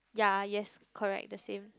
yea yes correct the same